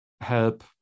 help